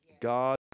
God